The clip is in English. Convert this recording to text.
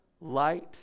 light